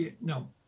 no